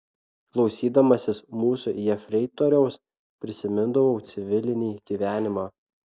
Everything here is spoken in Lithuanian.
klausydamasis mūsų jefreitoriaus prisimindavau civilinį gyvenimą